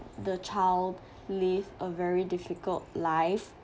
the child live a very difficult life